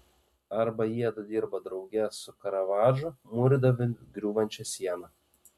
arba jiedu dirba drauge su karavadžu mūrydami griūvančią sieną